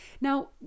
Now